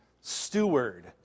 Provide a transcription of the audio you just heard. steward